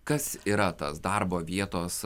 kas yra tas darbo vietos